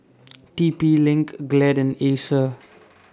T P LINK Glad and Acer